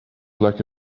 like